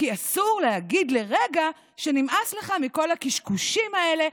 כי אסור להגיד לרגע שנמאס לך מכל הקשקושים האלה,